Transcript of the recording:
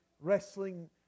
wrestling